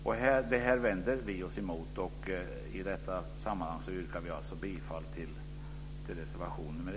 Det här vänder vi oss emot och i detta sammanhang yrkar vi alltså bifall till reservation nr 1.